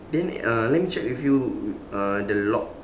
then uh let me check with you uh the lock